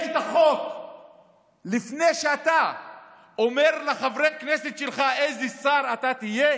את החוק לפני שאתה אומר לחברי הכנסת שלך איזה שר אתה תהיה,